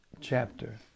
chapter